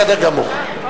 בסדר גמור.